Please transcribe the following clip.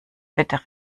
wetter